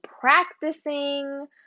practicing